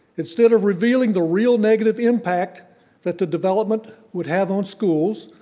instead of revealing the real negative impact that the development would have on schools,